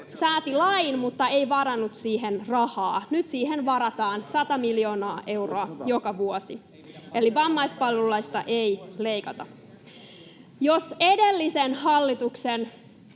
sääti lain mutta ei varannut siihen rahaa. Nyt siihen varataan 100 miljoonaa euroa joka vuosi. Eli vammaispalveluista ei leikata. Jos edellisen hallituksen,